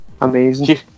amazing